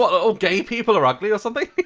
all gay people are ugly or something?